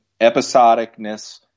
episodicness